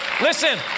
Listen